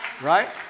Right